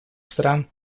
стран